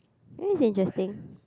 very interesting